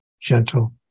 gentle